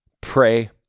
pray